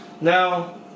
now